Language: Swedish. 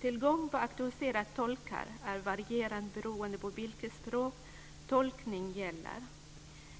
Tillgången på auktoriserade tolkar är varierande beroende på vilket språk tolkningen gäller.